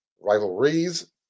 rivalries